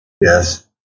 Yes